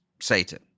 Satan